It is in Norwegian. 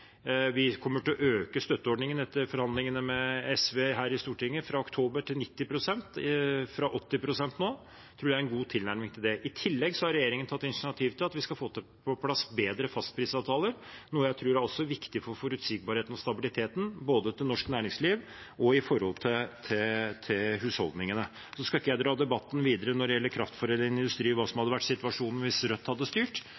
Vi kommer etter forhandlingene med SV her i Stortinget til å øke støtteordningene fra oktober til 90 pst. – fra 80 pst. nå. Det tror jeg er en god tilnærming. I tillegg har regjeringen tatt initiativ til at vi skal få på plass bedre fastprisavtaler, noe jeg også tror er viktig for forutsigbarheten og stabiliteten for både norsk næringsliv og husholdningene. Så skal ikke jeg dra debatten videre når det gjelder kraftforedlende industri og hva som hadde vært situasjonen hvis Rødt hadde styrt.